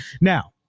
Now